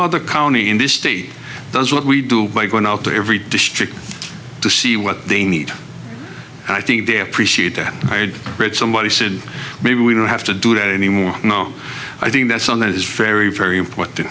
other county in this state does what we do by going out to every district to see what they need and i think they appreciate that i read it somebody said maybe we don't have to do that anymore i think that's on that is very very important to